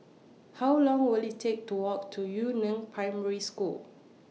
How Long Will IT Take to Walk to Yu Neng Primary School